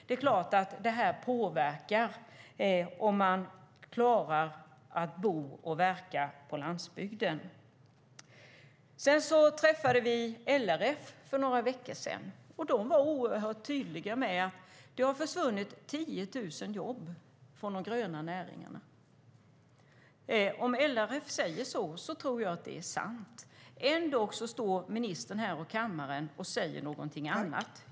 Det är klart att det påverkar om man klarar att bo och verka på landsbygden. Vi träffade LRF för några veckor sedan. De var oerhört tydliga med att det har försvunnit 10 000 jobb från de gröna näringarna. Om LRF säger så, då tror jag att det är sant. Ändock står ministern här i kammaren och säger någonting annat.